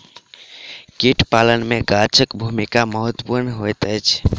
कीट पालन मे गाछक भूमिका महत्वपूर्ण होइत अछि